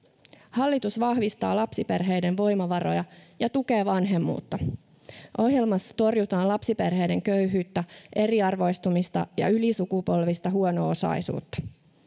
hallitus vahvistaa lapsiperheiden voimavaroja ja tukee vanhemmuutta ohjelmassa torjutaan lapsiperheiden köyhyyttä eriarvoistumista ja ylisukupolvista huono osaisuutta